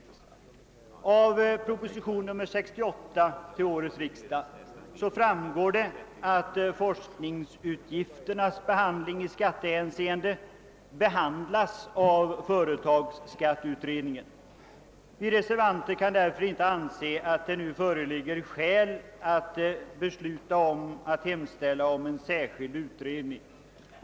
Av proposition nr 68 till årets riksdag framgår att frågan om forskningsutgifternas behandling i skattehänseende omhänderhas av företagsskatteutredningen. Vi reservanter kan därför inte anse att det föreligger skäl att nu hemställa om en särskild utredning.